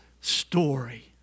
story